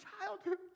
childhood